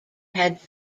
had